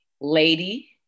lady